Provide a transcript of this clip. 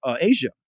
Asia